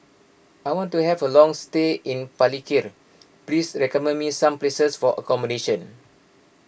I want to have a long stay in Palikir please recommend me some places for accommodation